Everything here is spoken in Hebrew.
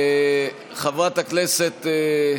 חברת הכנסת,